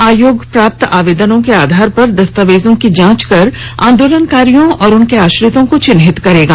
आयोग प्राप्त आवेदनों के आधार पर दस्तावेजों की जांच कर आंदोलनकारियों और उनके आश्रितों को चिन्हित करेगा